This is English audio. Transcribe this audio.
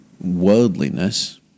worldliness